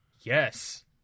yes